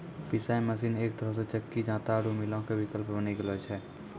पिशाय मशीन एक तरहो से चक्की जांता आरु मीलो के विकल्प बनी गेलो छै